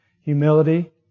humility